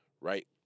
right